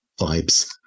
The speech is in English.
vibes